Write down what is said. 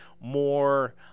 more